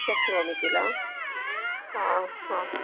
शक्नोमि खिल हा हा